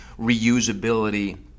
reusability